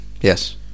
Yes